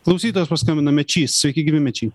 klausytojas paskambino mečys sveiki gyvi mečy